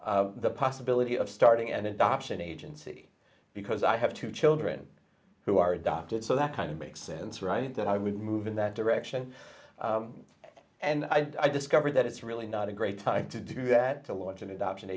researching the possibility of starting an adoption agency because i have two children who are adopted so that kind of makes sense right that i would move in that direction and i discovered that it's really not a great time to do that to launch an adoption